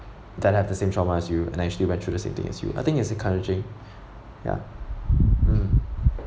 that have the same trauma as you and actually went through the same thing as you I think it's encouraging ya mm